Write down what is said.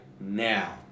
now